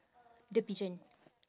the pigeon